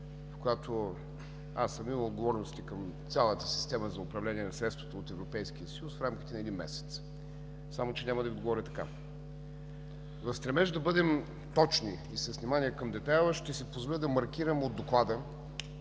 когато аз съм имал отговорности към цялата система за управление на средствата от Европейския съюз в рамките на един месец. Само че няма да Ви отговоря така. В стремежа да бъдем точни и с внимание към детайла, ще си позволя да маркирам от доклада